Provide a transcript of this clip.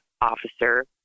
officer